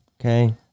Okay